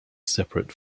separate